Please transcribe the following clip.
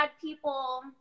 people